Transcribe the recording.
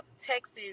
Texas